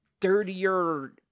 dirtier